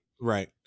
Right